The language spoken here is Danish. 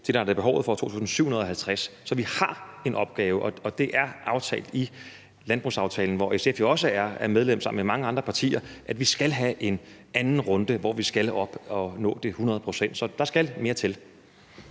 det, der er behov for, nemlig 2.750 t. Så vi har en opgave, og det er aftalt i landbrugsaftalen, hvor SF sammen med mange andre partier jo også er med, at vi skal have en anden runde, hvor vi skal nå op på de 100 pct. Så der skal mere til.